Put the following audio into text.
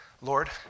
Lord